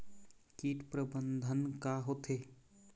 कीट प्रबंधन का होथे?